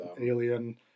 Alien